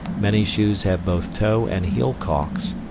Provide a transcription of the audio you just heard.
many shoes have both toe and heel calks,